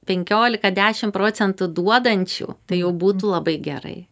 penkiolika dešim procentų duodančių tai jau būtų labai gerai